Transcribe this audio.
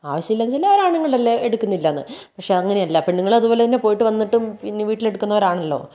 ആവിശ്യം ഇല്ല എന്ന് വച്ചാൽ അവർ ആണുങ്ങൾ അല്ലേ എടുക്കുന്നില്ല എന്ന് പക്ഷേ അങ്ങനെ അല്ല പെണ്ണുങ്ങൾ അതുപോലെതന്നെ പോയിട്ട് വന്നിട്ടും പിന്നേയും വീട്ടിൽ എടുക്കുന്നവർ ആണല്ലോ